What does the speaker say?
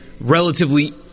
Relatively